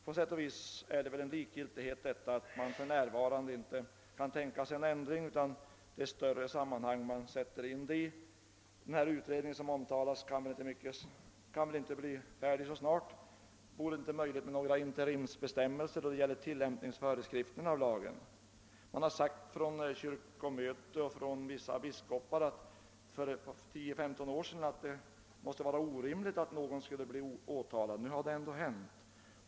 På sätt och vis är det väl ett tecken på likgiltighet att statsrådet för mnär varande inte kan tänka sig en ändring utan sätter in frågan i ett större sammanhang. Den nämnda utredningen kan väl inte särskilt snabbt bli färdig med sitt arbete. Vore det inte möjligt att införa några interimsbestämmelser i föreskrifterna för tillämpningen av lagen under mellantiden? Det har uttalats för 10—15 år sedan både från kyrkomötet och från vissa biskopar att det skulle vara orimligt att en präst skulle bli åtalad för vägran att viga frånskilda. Nu har det ändå hänt.